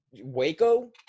Waco